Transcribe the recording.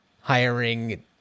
hiring